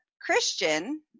Christian